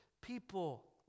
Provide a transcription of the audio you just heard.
people